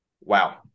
Wow